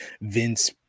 Vince